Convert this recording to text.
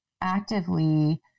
actively